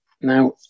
Now